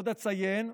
עוד אציין,